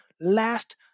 last